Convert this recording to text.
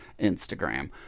instagram